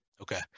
Okay